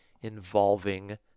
involving